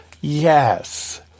yes